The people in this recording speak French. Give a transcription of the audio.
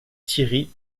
thierry